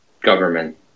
government